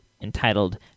entitled